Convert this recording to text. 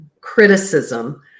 criticism